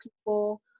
people